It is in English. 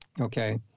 okay